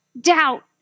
doubt